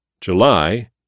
July